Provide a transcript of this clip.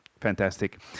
Fantastic